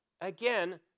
again